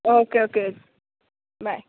okay okay bye